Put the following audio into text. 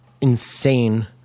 insane